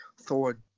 Thor